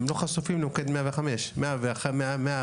הם לא חשופים למוקד 105. המוקדים הם 100,